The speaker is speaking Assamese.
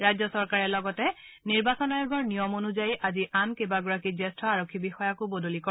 ৰাজ্য চৰকাৰে লগতে নিৰ্বাচন আয়োগৰ নিয়ম অনুযায়ী আজি আন কেইবাগৰাকী জ্যেষ্ঠ আৰক্ষী বিষয়াকো বদলি কৰে